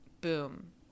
Boom